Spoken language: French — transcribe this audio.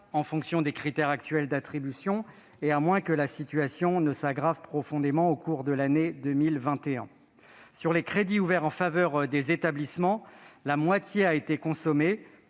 cas avec les critères actuels d'attribution, à moins que la situation ne s'aggrave profondément au cours de l'année 2021. En ce qui concerne les crédits ouverts en faveur des établissements, la moitié a été consommée,